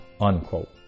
unquote